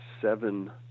seven